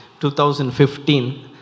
2015